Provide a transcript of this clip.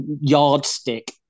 yardstick